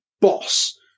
boss